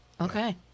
okay